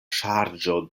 ŝarĝo